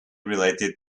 related